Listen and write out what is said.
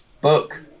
book